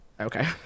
okay